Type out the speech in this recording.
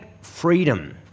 freedom